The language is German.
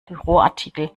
büroartikel